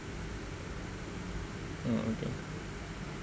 mm okay